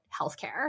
healthcare